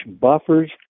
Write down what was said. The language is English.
buffers